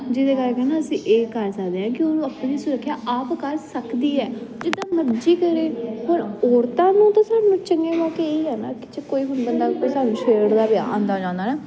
ਜਿਹਦੇ ਕਰਕੇ ਨਾ ਅਸੀਂ ਇਹ ਕਰ ਸਕਦੇ ਆ ਕੀ ਉਹ ਆਪਣੀ ਸੁਰੱਖਿਆ ਆਪ ਕਰ ਸਕਦੀ ਹੈ ਜਿਦਾਂ ਮਰਜ਼ੀ ਕਰੇ ਹੁਣ ਔਰਤਾਂ ਨੂੰ ਤਾਂ ਸਭ ਨੂੰ ਚੰਗੇ ਮੌਕੇ ਇਹੀ ਆ ਨਾ ਕੀ ਜੇ ਕੋਈ ਹੁਣ ਬੰਦਾ ਸਾਨੂੰ ਛੇੜਦਾ ਪਿਆ ਆਦਾ ਜਾਂਦਾ ਨਾ